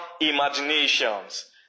imaginations